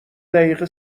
دقیقه